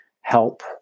help